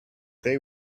they